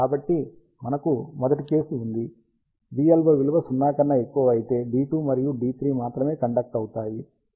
కాబట్టి మనకు మొదటి కేసు ఉంది vLO విలువ0 కన్నా ఎక్కువ అయితే D2 మరియు D3 మాత్రమే కండక్ట్ అవుతాయి